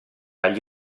agli